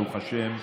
ברוך השם,